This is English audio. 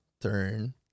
turn